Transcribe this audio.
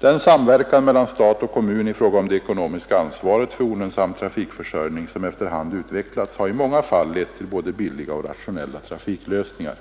Den samverkan mellan stat och kommun i fråga om det ekonomiska ansvaret för olönsam trafikförsörjning som efter hand utvecklats har i många fall lett till både billiga och rationella trafiklösningar.